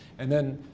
and then